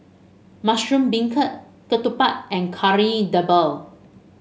Mushroom Beancurd ketupat and Kari Debal